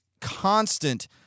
constant